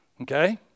Okay